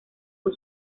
con